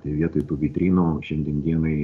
tai vietoj tų vitrinų šiandien dienai